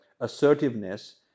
assertiveness